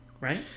right